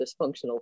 dysfunctional